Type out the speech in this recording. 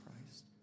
Christ